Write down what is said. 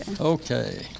okay